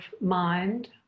mind